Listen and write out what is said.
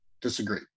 disagree